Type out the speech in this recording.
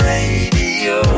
Radio